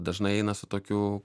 dažnai eina su tokiu